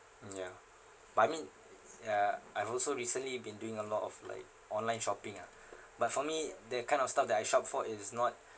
ya but I mean ya uh I also recently been doing a lot of like like online shopping ah but for me that kind of stuff that I shop for it's not